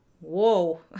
Whoa